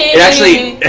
it actually